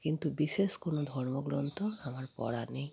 কিন্তু বিশেষ কোনো ধর্মগ্রন্থ আমার পড়া নেই